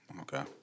Okay